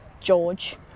George